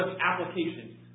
application